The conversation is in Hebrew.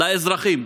לאזרחים.